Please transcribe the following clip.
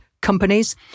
companies